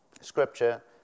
scripture